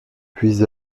puis